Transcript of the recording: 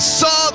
saw